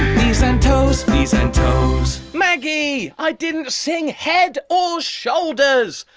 knees and toes. knees and toes. maggie! i didn't sing head or shoulders.